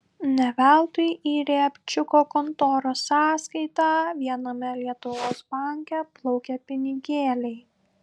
ne veltui į riabčiuko kontoros sąskaitą viename lietuvos banke plaukia pinigėliai